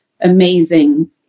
amazing